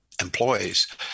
employees